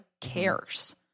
cares